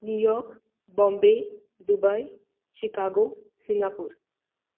new York Bombay Dubai Chicago Singapore